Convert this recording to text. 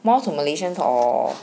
north malaysian or